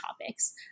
topics